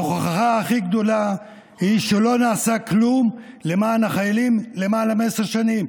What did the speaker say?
ההוכחה הכי גדולה היא שלא נעשה כלום למען החיילים למעלה מעשר שנים.